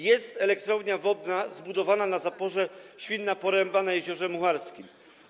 Jest elektrownia wodna zbudowana na zaporze Świnna Poręba na Jeziorze Mucharskim.